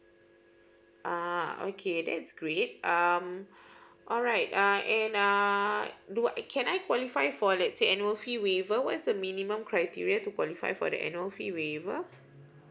uh okay that's great um alright uh and uh do I can I qualify for let's say annual fee waiver what is the minimum criteria to qualify for the annual fee waiver